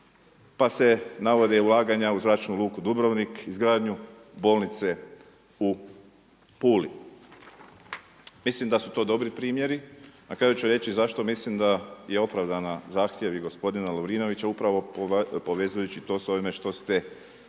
Pa se navode i ulaganja u zračnu luku Dubrovnik, izgradnju bolnice u Puli. Mislim da su to dobri primjeri. Na kraju ću reći zašto mislim da je opravdana zahtjevi gospodina Lovrinovića upravo povezujući to s ovime što ste naveli